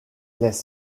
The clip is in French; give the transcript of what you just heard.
les